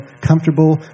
comfortable